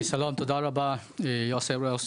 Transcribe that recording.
שלום, תודה רבה לאדוני היו"ר.